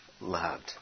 loved